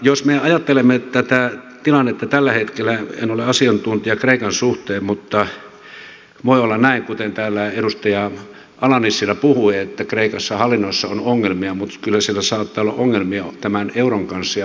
jos me ajattelemme tätä tilannetta tällä hetkellä en ole asiantuntija kreikan suhteen mutta voi olla näin kuten täällä edustaja ala nissilä puhui että kreikassa hallinnossa on ongelmia mutta kyllä siellä saattaa olla ongelmia myös tämän euron ja valuutan kanssa